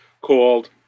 called